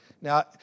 Now